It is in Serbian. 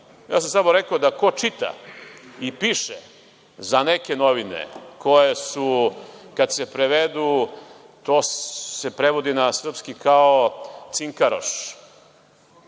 Ja sam samo rekao da ko čita i piše za neke novine koje su kada se prevedu, to se prevodi na srpski kao cinkaroš